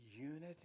unity